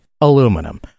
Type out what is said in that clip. aluminum